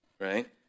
right